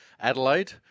Adelaide